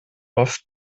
oft